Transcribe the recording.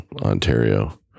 Ontario